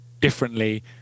differently